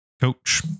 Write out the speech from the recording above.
coach